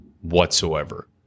whatsoever